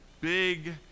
big